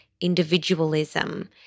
individualism